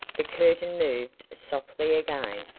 the curtain moved softly again,